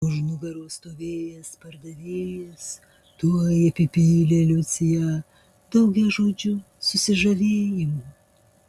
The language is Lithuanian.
už nugaros stovėjęs pardavėjas tuoj apipylė liuciją daugiažodžiu susižavėjimu